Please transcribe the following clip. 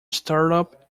startup